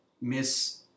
Miss